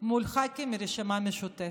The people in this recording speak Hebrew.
מול ח"כים מהרשימה המשותפת.